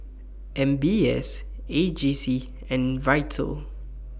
M B S A G C and Vital